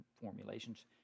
formulations